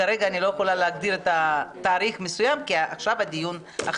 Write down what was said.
כרגע אני לא יכולה להגדיר תאריך מסוים כי הדיון מתקיים עכשיו.